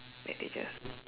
bandages